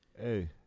Hey